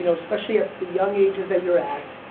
you know especially at the young ages they you're at,